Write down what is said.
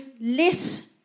less